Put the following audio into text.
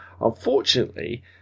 Unfortunately